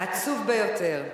עצוב ביותר.